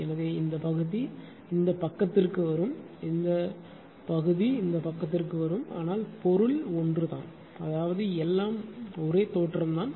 எனவே இந்த பகுதி இந்த பக்கத்திற்கு வரும் இந்த பகுதி இந்த பக்கத்திற்கு வரும் ஆனால் பொருள் ஒன்றுதான் அதாவது எல்லாம் ஒரே தோற்றம்தான்